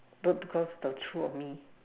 not because the true of me